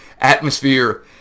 atmosphere